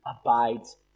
abides